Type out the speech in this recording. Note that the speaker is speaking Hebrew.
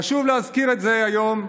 חשוב להזכיר את זה היום,